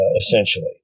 essentially